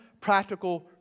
practical